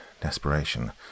desperation